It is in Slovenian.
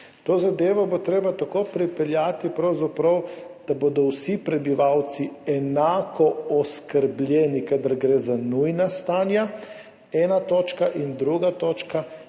To zadevo bo pravzaprav treba pripeljati tako, da bodo vsi prebivalci enako oskrbljeni, kadar gre za nujna stanja. Ena točka. Druga točka: